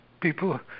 people